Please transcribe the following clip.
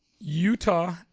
Utah